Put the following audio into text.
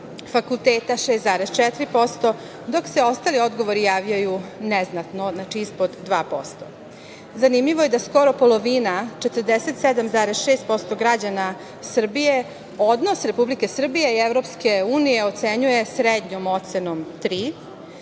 fakulteta 6,4%, dok se ostali odgovori javljaju neznatno, znači ispod 2%.Zanimljivo je da skoro polovina 47,6% građana Srbije odnos Republike Srbije i EU ocenjuje srednjom ocenom tri,